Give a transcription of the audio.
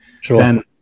Sure